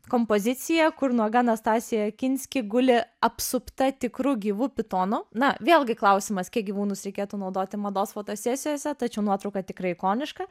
kompozicija kur nuoga anastasija kinski guli apsupta tikru gyvu pitonu na vėlgi klausimas kiek gyvūnus reikėtų naudoti mados fotosesijose tačiau nuotrauka tikrai ikoniška